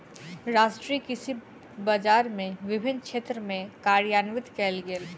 राष्ट्रीय कृषि बजार के विभिन्न क्षेत्र में कार्यान्वित कयल गेल